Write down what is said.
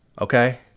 Okay